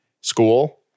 school